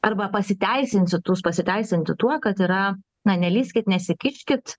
arba pasiteisinsiu tų pasiteisinti tuo kad yra na nelįskit nesikiškit